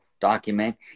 document